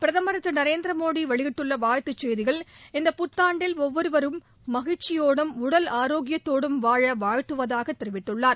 பிரதமர் திரு நரேந்திரமோடி வெளியிட்டுள்ள வாழ்த்துச் செய்தியில் இந்த புத்தாண்டில் ஒவ்வொருவரும் மகிழ்ச்சியோடும் உடல் ஆரோக்கியத்தோடும் வாழ வாழ்த்துவதாக தெரிவித்துள்ளார்